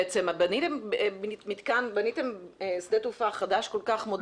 בניתם שדה תעופה חדש, כל כך מודרני.